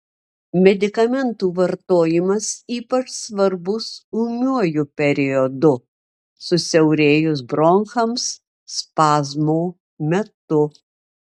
medikamentų vartojimas ypač svarbus ūmiuoju periodu susiaurėjus bronchams spazmo metu